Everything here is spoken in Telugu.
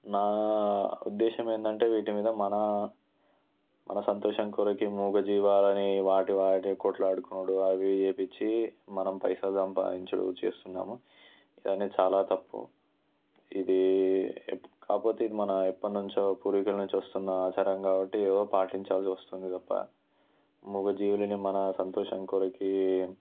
నా ఉద్దేశ్యం ఏందంటే వీటి మీద మన మన సంతోషం కొరికే మూగజీవాలని వాటి వాటి కొట్లాడుకొనుడు అవి చేపిచ్చి మనం పైసలు సంపాదించుడు చేస్తున్నాము ఇవన్నీ చాలా తప్పు ఇది కాకపోతే ఇది మన ఎప్పటినుంచో పూర్వీకుల నుంచి వస్తున్న ఆచారం కాబట్టి ఏదో పాటించాల్సి వస్తుంది తప్ప మూగజీవులని మన సంతోషం కొరకి